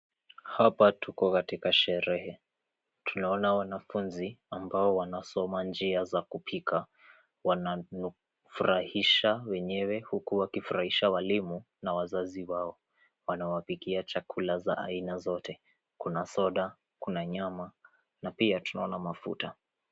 Hapa tuko katika sherehe, tunaona wanafunzi ambao wanasoma njia za kupika wanafurahisha wenyewe huku wakifurahisha walimu na wazazi wao wanawapikia chakula za aina zote, kuna soda kuna nyama na pia tunaona mafuta.